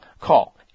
Call